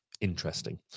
interesting